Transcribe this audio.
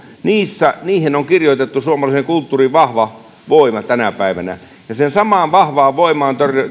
niihin on kirjoitettu suomalaisen kulttuurin vahva voima tänä päivänä ja siihen samaan vahvaan voimaan